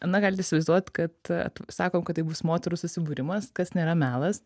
na galit įsivaizduot kad sakom kad tai bus moterų susibūrimas kas nėra melas